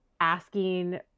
asking